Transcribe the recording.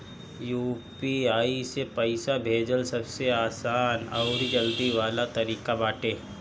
UPI से पईसा भेजल सबसे आसान अउरी जल्दी वाला तरीका बाटे